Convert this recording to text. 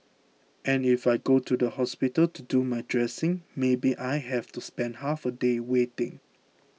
and if I go to the hospital to do my dressing maybe I have to spend half a day waiting